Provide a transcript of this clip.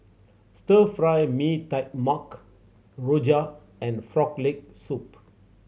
Stir Fry Mee Tai Mak rojak and Frog Leg Soup